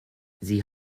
sie